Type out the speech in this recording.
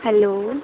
hello